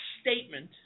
statement